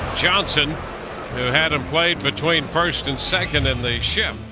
johnson who hadn't played between first and second in the shift.